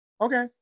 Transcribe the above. Okay